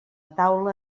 taula